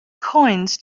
coins